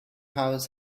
house